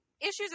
issues